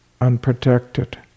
unprotected